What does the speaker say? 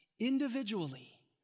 Individually